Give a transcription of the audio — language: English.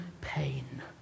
pain